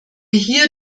hier